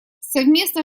совместно